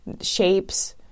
shapes